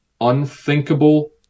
unthinkable